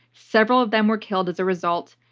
several of them were killed as a result,